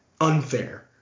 unfair